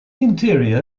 interior